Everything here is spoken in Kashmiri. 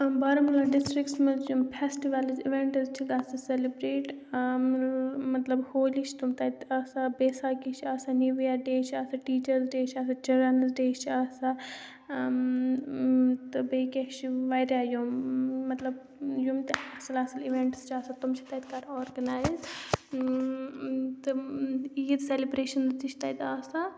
بارہمولہ ڈِسٹرٛکَس منٛز چھِ یِم فٮ۪سٹِوَلٕز اِوٮ۪نٹٕز چھِ گژھان سٮ۪لِبرٛیٹ مطلب ہولی چھِ تٕم تَتہِ آسان بیساکی چھِ آسان نِو یِیَر ڈے چھِ آسان ٹیٖچٲرٕز ڈے چھِ آسان چِلرَنٕز ڈے چھِ آسان تہٕ بیٚیہِ کیٛاہ چھِ واریاہ یِم مطلب یِم تہِ اَصٕل اَصٕل اِوٮ۪نٛٹٕس چھِ آسان تٕم چھِ تَتہِ کَران آرگٕنایِز تہٕ عیٖد سٮ۪لِبرٛیشَن تہِ چھِ تَتہِ آسان